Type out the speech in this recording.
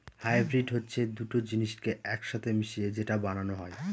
hybrid হচ্ছে দুটো জিনিসকে এক সাথে মিশিয়ে যেটা বানানো হয়